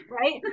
right